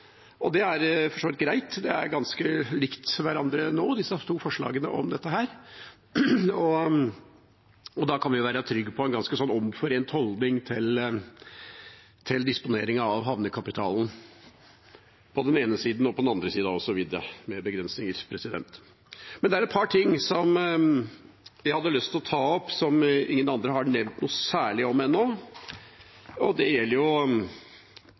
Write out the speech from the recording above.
og det er for så vidt greit, de to forslagene om dette er ganske like hverandre nå, og da kan vi jo være trygge på en ganske omforent holdning til disponeringen av havnekapitalen – på den ene siden og på den andre siden osv. – med begrensninger. Men det er et par ting jeg hadde lyst til å ta opp, som ingen andre har nevnt noe særlig om ennå, og det gjelder